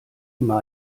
immer